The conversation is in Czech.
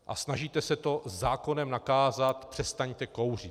A snažíte se to zákonem nakázat: přestaňte kouřit.